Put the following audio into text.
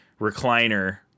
recliner